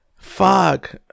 Fuck